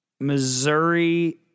Missouri